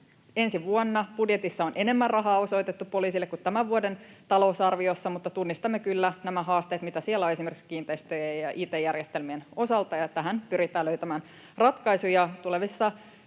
Ensi vuonna budjetissa on enemmän rahaa osoitettu poliisille kuin tämän vuoden talousarviossa, mutta tunnistamme kyllä nämä haasteet, mitä siellä on esimerkiksi kiinteistöjen ja it-järjestelmien osalta, ja tähän pyritään löytämään ratkaisuja tulevissa